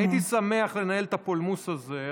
הייתי שמח לנהל את הפולמוס הזה,